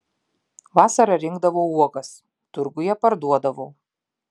vasarą rinkdavau uogas turguje parduodavau